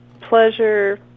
pleasure